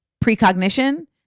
precognition